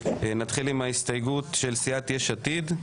נתחיל עם ההסתייגות של סיעת יש עתיד.